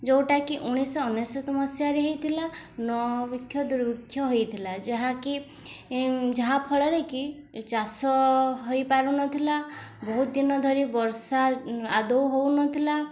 ଯୋଉଟାକି ଉଣେଇଶହ ଅନେଶ୍ୱତ ମସିହାରେ ହେଇଥିଲା ଦୁର୍ବିକ୍ଷ ହେଇଥିଲା ଯାହାକି ଯାହାଫଳରେ କି ଚାଷ ହୋଇପାରୁ ନଥିଲା ବହୁତ ଦିନ ଧରି ବର୍ଷା ଆଦୌ ହେଉନଥିଲା